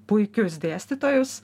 puikius dėstytojus